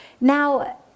Now